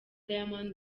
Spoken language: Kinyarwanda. diamond